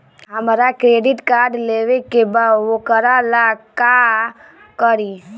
हमरा credit card लेवे के बा वोकरा ला का करी?